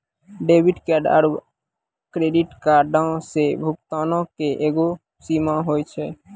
debit card आरू credit कार्डो से भुगतानो के एगो सीमा होय छै